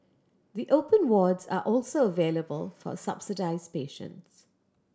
the open wards are also available for subsidised patients